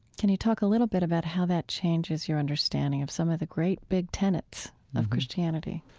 can you talk a little bit about how that changes your understanding of some of the great, big tenets of christianity?